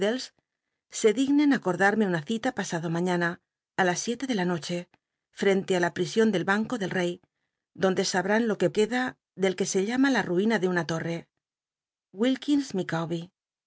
se dignen acordarme una cita pasado maiiann tí las siele de la noche frente á la prision del banco del lley tlonde sabrá lo que queda del cue se llama la ruina de una torre